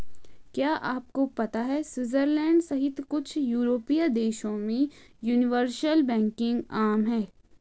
क्या आपको पता है स्विट्जरलैंड सहित कुछ यूरोपीय देशों में यूनिवर्सल बैंकिंग आम है?